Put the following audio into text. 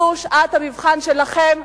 זו שעת המבחן שלכם,